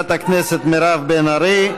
לחברת הכנסת מירב בן ארי,